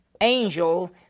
angel